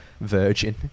virgin